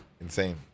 Insane